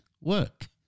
work